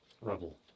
rubble